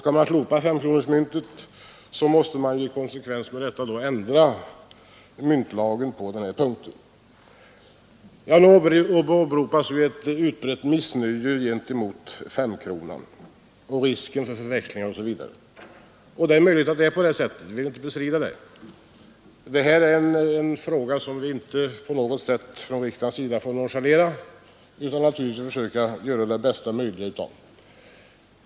Skall man slopa femkronemyntet så måste man ju i konsekvens därmed ändra myntlagen på denna punkt. Nu åberopas ju ett utbrett missnöje med femkronan, risker för förväxling osv. Det är möjligt att det är på det sättet; jag vill inte bestrida det. Det här är en fråga som vi inte på något sätt från riksdagens sida får nonchalera, utan vi får försöka göra det bästa möjliga.